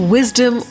Wisdom